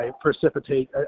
precipitate